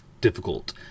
difficult